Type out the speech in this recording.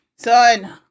Son